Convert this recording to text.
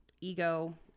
ego